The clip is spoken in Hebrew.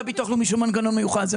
אין בביטוח הלאומי שום מנגנון מיוחד.